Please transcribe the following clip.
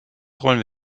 rollen